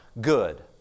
good